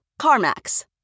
CarMax